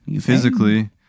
physically